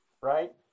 right